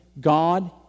God